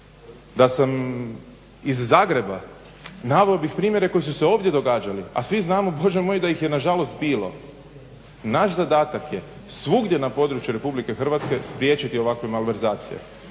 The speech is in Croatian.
Da sam iz Zagreba naveo bih primjere koji su se ovdje događali, a svi znamo Bože moj da ih je na žalost bilo. Naš zadatak je svugdje na području Republike Hrvatske spriječiti ovakve malverzacije.